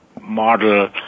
model